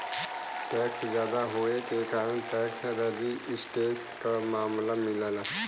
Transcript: tax जादा होये के कारण टैक्स रेजिस्टेंस क मामला मिलला